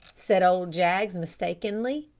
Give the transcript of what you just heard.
said old jaggs mistakenly.